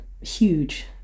huge